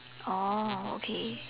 oh okay